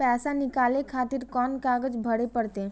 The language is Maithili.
पैसा नीकाले खातिर कोन कागज भरे परतें?